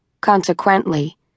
Consequently